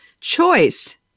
choice